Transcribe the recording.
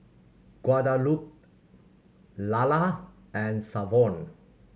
Guadalupe Lalla and Savon